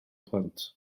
plant